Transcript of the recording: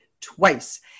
twice